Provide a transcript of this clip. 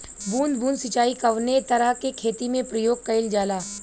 बूंद बूंद सिंचाई कवने तरह के खेती में प्रयोग कइलजाला?